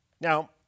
Now